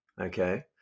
Okay